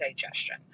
digestion